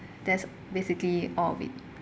that's basically all of it